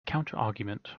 counterargument